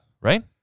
Right